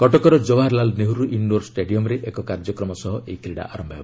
କଟକର ଜବାହରଲାଲ ନେହେରୁ ଇଣ୍ଡୋର ଷ୍ଟାଡିୟମ୍ରେ ଏକ କାର୍ଯ୍ୟକ୍ରମ ସହ ଏହି କ୍ରୀଡ଼ା ଆରମ୍ଭ ହେବ